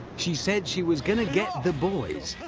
she said she was going to get the boys.